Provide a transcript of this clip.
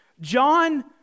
John